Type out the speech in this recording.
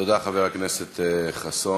תודה, חבר הכנסת חסון.